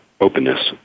openness